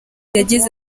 yagize